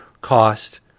cost